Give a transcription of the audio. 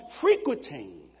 frequenting